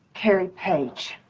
carrie paige.